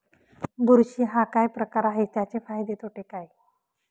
बुरशी हा काय प्रकार आहे, त्याचे फायदे तोटे काय?